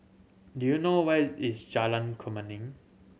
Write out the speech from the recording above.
do you know where is Jalan Kemuning